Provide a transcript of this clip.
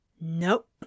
Nope